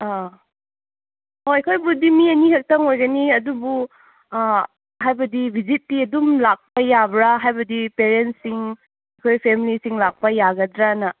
ꯑꯥ ꯍꯣꯏ ꯑꯩꯈꯣꯏꯕꯨꯗꯤ ꯃꯤ ꯑꯅꯤ ꯈꯛꯇꯪ ꯑꯣꯏꯔꯅꯤ ꯑꯗꯨꯕꯨ ꯍꯥꯏꯕꯗꯤ ꯕꯤꯖꯤꯠꯇꯤ ꯑꯗꯨꯝ ꯂꯥꯛꯄ ꯌꯥꯕ꯭ꯔꯥ ꯍꯥꯏꯕꯗꯤ ꯄꯦꯔꯦꯟꯁꯁꯤꯡ ꯑꯩꯈꯣꯏ ꯐꯦꯃꯂꯤꯁꯤꯡ ꯂꯥꯛꯄ ꯌꯥꯒꯗ꯭ꯔꯥꯅ